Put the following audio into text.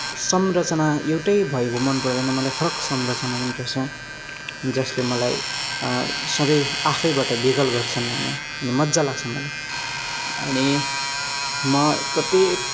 संरचना एउटै भएको मनपर्दैन मलाई फरक संरचना मनपर्छ जसले मलाई सधैँ आफैबाट बेघर गर्छन् होइन अनि मजा लाग्छ मलाई अनि म कत्ति